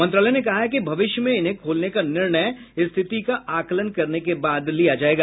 मंत्रालय ने कहा है कि भविष्य में इन्हें खोलने का निर्णय रिथिति का आकलन करने के बाद लिया जाएगा